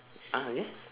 !huh! again